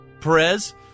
Perez